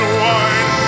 wine